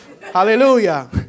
hallelujah